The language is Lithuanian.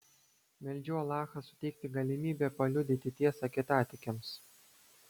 meldžiau alachą suteikti galimybę paliudyti tiesą kitatikiams